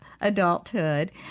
adulthood